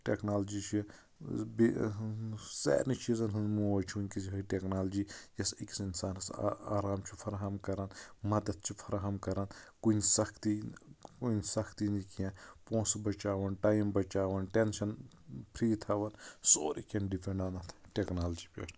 technology چھِ بے سارنی چیٖزَن ہنز موج چھِ ؤنٛکیس یِہوے ٹیکنالوجی یۄس أکِس اِنسانَس آ آرام چھِ فراہم کران مدد چھِ فراہم کران کُنہِ سختی کُنہَِ سختی نہٕ کیٚنٛہہ پۄنٛسہٕ بَچاوان ٹایم بَچاوان ٹینشن فری تھاوان سۄرُے کیٚنٛہہ ڈِپیٚنٛڈ آن اَتھ ٹیکنالوجی پٮ۪ٹھ